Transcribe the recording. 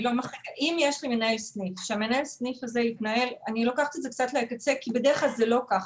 אני לוקחת את זה קצת לקצה, כי בדרך כלל זה לא ככה.